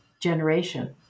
generation